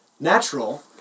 natural